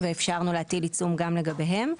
ואפשרנו להטיל עיצום גם לגביהם,